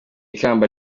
ikamba